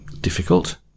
difficult